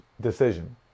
decision